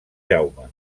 jaume